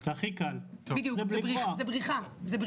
זה בריחה.